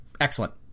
Excellent